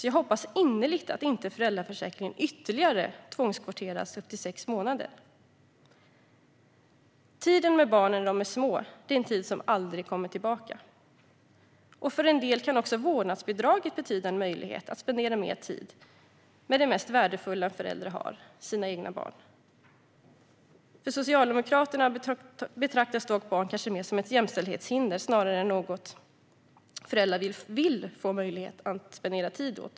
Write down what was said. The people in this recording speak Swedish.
Jag hoppas innerligt att föräldraförsäkringen inte ytterligare tvångskvoteras upp till sex månader. Tiden med barnen när de är små är något som aldrig kommer tillbaka. För en del kan vårdnadsbidraget betyda en möjlighet att spendera mer tid med det mesta värdefulla en förälder har, de egna barnen. För Socialdemokraterna betraktas dock barn kanske mer som ett jämställdhetshinder snarare än som något föräldrar vill få möjlighet att ägna mer tid åt.